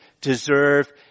deserve